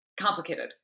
complicated